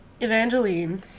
Evangeline